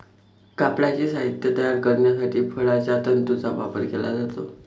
कापडाचे साहित्य तयार करण्यासाठी फळांच्या तंतूंचा वापर केला जातो